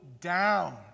down